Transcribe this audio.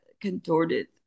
contorted